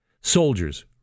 Soldiers